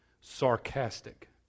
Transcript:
sarcastic